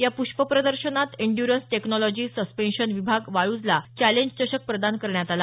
या पुष्प प्रदर्शनात इन्ड्यूरन्स टेक्नॉलॉजी सस्पेंशन विभाग वाळूजला चँलेंज चषक प्रदान करण्यात आला